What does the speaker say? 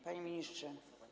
Panie Ministrze!